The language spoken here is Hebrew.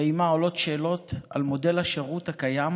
ועם השתנותה עולות שאלות על מודל השירות הקיים